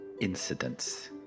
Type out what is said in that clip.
incidents